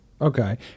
Okay